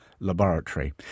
Laboratory